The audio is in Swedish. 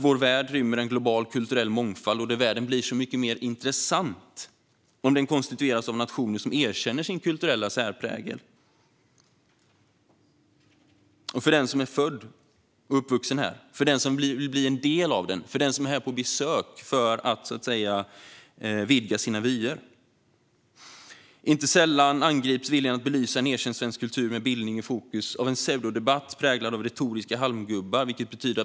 Vår värld rymmer en global kulturell mångfald, och världen blir så mycket mer intressant om den konstitueras av nationer som erkänner sin kulturella särprägel för den som är född och uppvuxen där, för den som vill bli en del av den och för den som är på besök för att vidga sina vyer. Inte sällan angrips viljan att belysa en erkänd svensk kultur med bildning i fokus av en pseudodebatt präglad av retoriska halmgubbar.